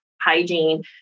hygiene